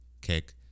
kick